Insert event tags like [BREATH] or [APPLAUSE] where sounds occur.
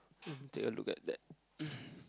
take a look at that [BREATH]